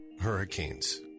Hurricanes